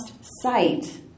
sight